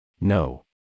No